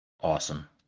Awesome